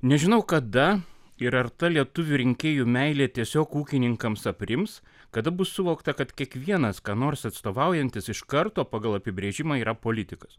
nežinau kada ir ar ta lietuvių rinkėjų meilė tiesiog ūkininkams aprims kada bus suvokta kad kiekvienas ką nors atstovaujantis iš karto pagal apibrėžimą yra politikas